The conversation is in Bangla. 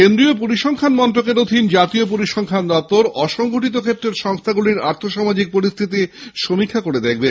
কেন্দ্রীয় পরিসংখ্যান মন্ত্রকের অধীন জাতীয় পরিসংখ্যান দপ্তর অসংগঠিত ক্ষেত্রের সংস্থাগুলির আর্থ সামাজিক পরিস্থিতির সমীক্ষা করবে